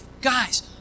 guys